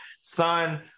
son